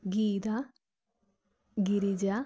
Geetha Girija